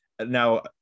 now